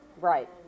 Right